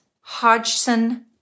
Hodgson